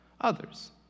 others